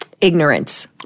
ignorance